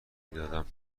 میدادم